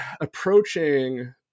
approaching